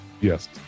Yes